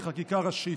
בחקיקה ראשית.